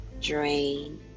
drain